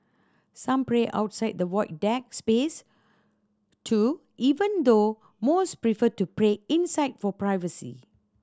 some pray outside the Void Deck space too even though most prefer to pray inside for privacy